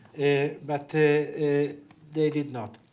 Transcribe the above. but they did not.